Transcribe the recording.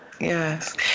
Yes